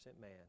man